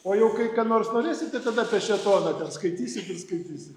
o jau kai ką nors norėsite tada apie šėtoną ten skaitysit ir skaitysit